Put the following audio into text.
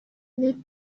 lit